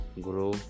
grow